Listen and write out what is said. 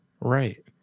Right